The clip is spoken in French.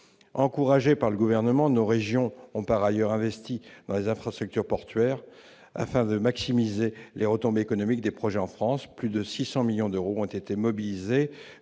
encouragé par le gouvernement, nos régions ont par ailleurs investi dans les infrastructures portuaires afin de maximiser les retombées économiques des projets en France, plus de 600 millions d'euros ont été mobilisés,